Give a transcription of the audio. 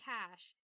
Cash